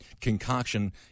concoction